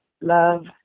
love